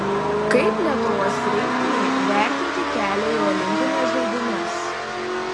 kaip lietuvos rinktinei vertinti kelią į olimpines žaidynes